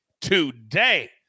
today